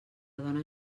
dona